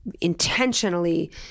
intentionally